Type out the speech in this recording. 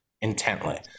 intently